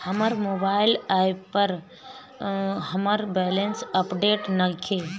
हमर mobile app पर हमर बैलेंस अपडेट नइखे